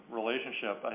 relationship